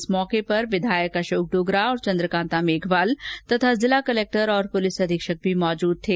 इस मौके पर विधायक अशोक डोगरा और चंद्रकांता मेघवाल तथा जिला कलेक्टर और पुलिस अधीक्षक भी मौजूद थे